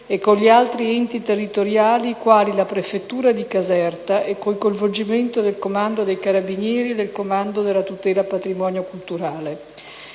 e con gli altri enti territoriali, quali la prefettura di Caserta, e con il coinvolgimento del comando dei carabinieri e del comando tutela patrimonio culturale.